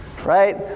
Right